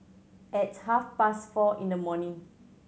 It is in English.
at half past four in the morning